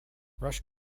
rush